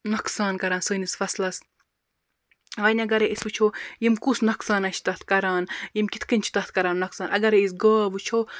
نۄقصان کَران سٲنِس فَصلَس وۄنۍ اَگَر أسۍ وِچھو یِم کُس نۄقصانا چھِ تَتھ کَران یِم کِتھ کنۍ چھِ تَتھ کَران نۄقصان اَگَر أسۍ گاو وٕچھو